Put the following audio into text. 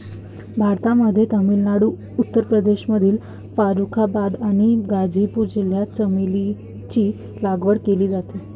भारतामध्ये तामिळनाडू, उत्तर प्रदेशमधील फारुखाबाद आणि गाझीपूर जिल्ह्यात चमेलीची लागवड केली जाते